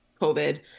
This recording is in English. COVID